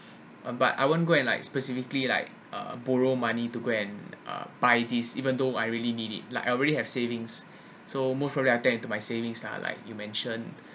um but I won't go and like specifically like uh borrow money to go and uh buy these even though I really it like I already have savings so into my savings lah like you mentioned